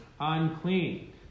unclean